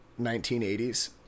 1980s